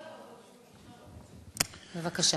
בבקשה.